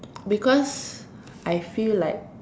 because I feel like